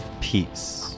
peace